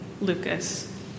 Lucas